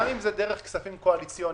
גם אם זה דרך כספים קואליציוניים.